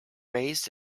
raised